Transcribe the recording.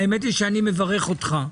האמת היא שאני מברך אותך.